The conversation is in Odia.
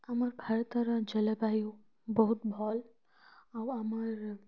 ଆମର୍ ଭାରତର ଜଲବାୟୁ ବହୁତ ଭଲ୍ ଆଉ ଆମର୍